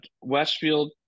westfield